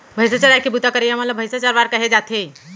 भईंसा चराए के बूता करइया मन ल भईंसा चरवार कहे जाथे